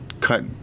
cut